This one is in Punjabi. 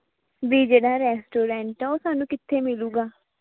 ਵੀ ਜਿਹੜਾ ਰੈਸਟੋਰੈਂਟ ਹੈ ਉਹ ਸਾਨੂੰ ਕਿੱਥੇ ਮਿਲੇਗਾ